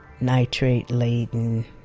nitrate-laden